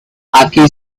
aquí